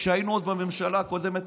כשהיינו עוד בממשלה הקודמת,